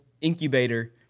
incubator